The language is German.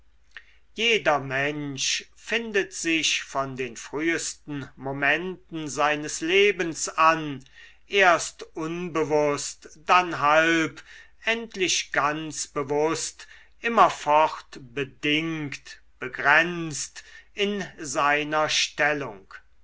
jeder mensch findet sich von den frühsten momenten seines lebens an erst unbewußt dann halb endlich ganz bewußt immerfort bedingt begrenzt in seiner stellung